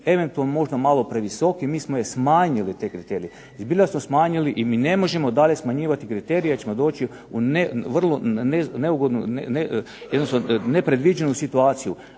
eventualno možda malo previsoki, mi smo je smanjili te kriterije, i zbilja smo smanjili i mi ne možemo dalje smanjivati kriterije, jer ćemo doći u vrlo neugodnu, jednostavno nepredviđenu situaciju.